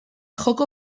joko